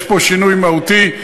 יש פה שינוי מהותי.